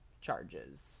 charges